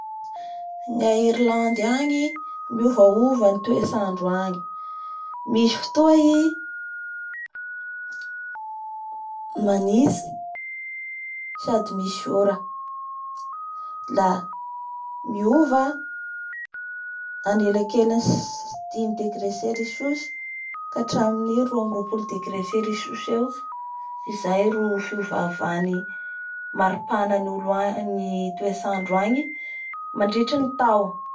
Ny a Irlandy agny miovova ny toetsandro agny misy fotoa i manitsy sady misy ora la miova anelakelan'ny si-dimy degré cericus ka hatramin'ny roamabin'ny roapolo degré cericus eo izay ro fiovaovan'ny maripahan'ny olo- toendreo agny mandritsy ny tao